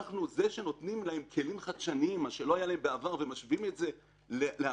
זה שנותנים להם כלים חדשנים שלא היו להם בעבר ומשווים את זה לעכשיו,